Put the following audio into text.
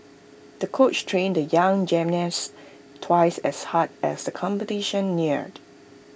the coach trained the young gymnasts twice as hard as competition neared